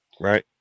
Right